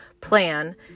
plan